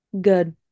Good